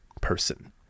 person